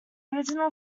original